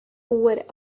over